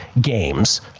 games